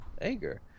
anger